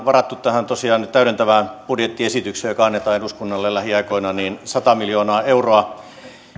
varanneet tähän täydentävään budjettiesitykseen joka annetaan eduskunnalle lähiaikoina sata miljoonaa euroa